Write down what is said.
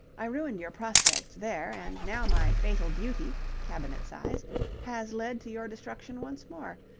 i ruined your prospects there, and now my fatal beauty cabinet size has led to your destruction once more.